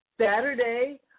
Saturday